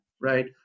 right